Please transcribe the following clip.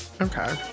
Okay